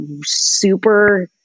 super